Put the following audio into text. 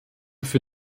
für